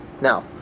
now